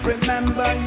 Remember